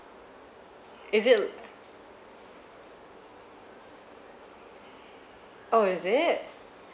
is it l~ oh is it